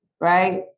Right